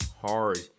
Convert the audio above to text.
hard